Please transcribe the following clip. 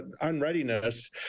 unreadiness